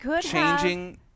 changing –